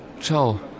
Ciao